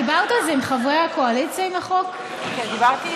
את דיברת על זה עם חברי הקואליציה?